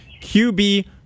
QB